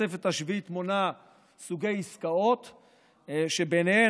התוספת השביעית מונה סוגי עסקאות שבהן,